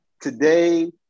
today